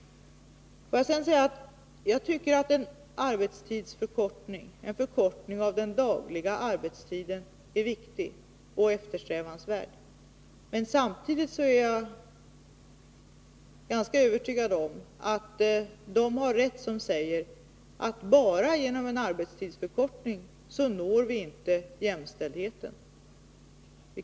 Vidare tycker jag att en arbetstidsförkortning, en förkortning av den dagliga arbetstiden, är viktig och eftersträvansvärd. Samtidigt är jag ganska övertygad om att de har rätt som säger att vi inte kan uppnå jämställdhet enbart genom en arbetstidsförkortning.